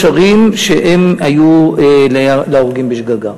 ערים שהן היו להורגים בשגגה.